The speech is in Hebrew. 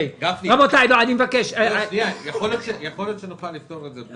יכול להיות שנוכל לפתור את זה.